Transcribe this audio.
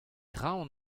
roazhon